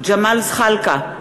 ג'מאל זחאלקה,